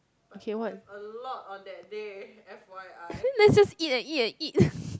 okay what let's just eat and eat and eat